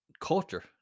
culture